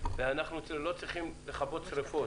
ואנחנו לא צריכים לכבות שריפות.